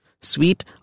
Sweet